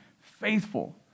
faithful